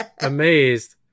amazed